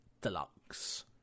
Deluxe